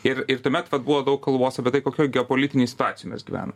ir ir tuomet vat buvo daug kalbos apie tai kokioj geopolitinėj situacijoj mes gyvenam